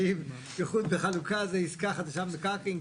האם איחוד וחלוקה זה עסקה חדשה במקרקעין.